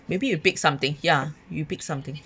maybe you pick something ya you pick something